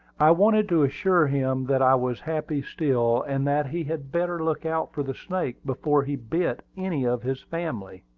i wanted to assure him that i was happy still, and that he had better look out for the snake before he bit any of his family.